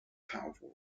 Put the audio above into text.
powerful